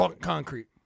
Concrete